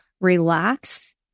relax